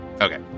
Okay